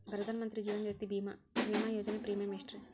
ಪ್ರಧಾನ ಮಂತ್ರಿ ಜೇವನ ಜ್ಯೋತಿ ಭೇಮಾ, ವಿಮಾ ಯೋಜನೆ ಪ್ರೇಮಿಯಂ ಎಷ್ಟ್ರಿ?